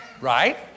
Right